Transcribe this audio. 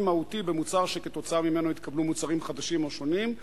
מהותי במוצר שכתוצאה ממנו התקבלו מוצרים חדשים או שונים,